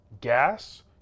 gas